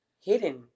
hidden